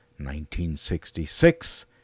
1966